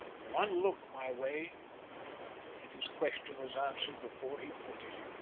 one look my way and his question was answered before he put it.